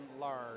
large